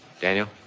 Daniel